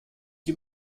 die